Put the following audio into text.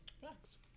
thanks